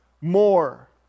more